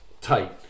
tight